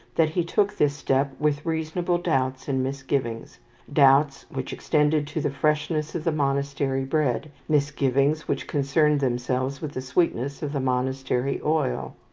that he took this step with reasonable doubts and misgivings doubts which extended to the freshness of the monastery bread, misgivings which concerned themselves with the sweetness of the monastery oil.